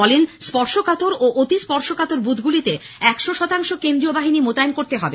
বলেছেন স্পর্শকাতর ও অতি স্পর্শকাতর বুথগুলিতে একশো শতাংশ কেন্দ্রীয় বাহিনী মোতায়েন করতে হবে